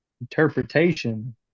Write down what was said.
interpretation